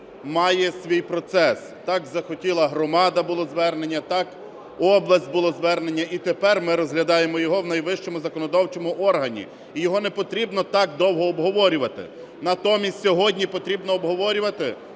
має свій процес. Так захотіла громада, було звернення, так, в область було звернення, і тепер ми розглядаємо його в найвищому законодавчому органі. І його не потрібно так довго обговорювати. Натомість, сьогодні потрібно обговорювати